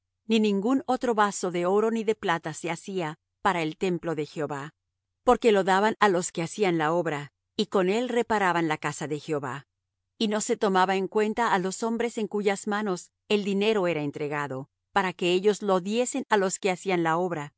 ni ningún otro vaso de oro ni de plata se hacía para el templo de jehová porque lo daban á los que hacían la obra y con él reparaban la casa de jehová y no se tomaba en cuenta á los hombres en cuyas manos el dinero era entregado para que ellos lo diesen á los que hacían la obra